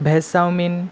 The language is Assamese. veg chowmein